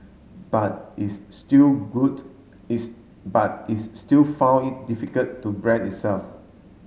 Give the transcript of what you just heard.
but is still good is but is still found it difficult to brand itself